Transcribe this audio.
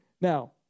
Now